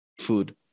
food